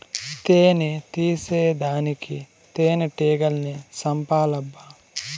తేని తీసేదానికి తేనెటీగల్ని సంపాలబ్బా